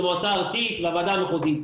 במועצה הארצית והוועדה המחוזית.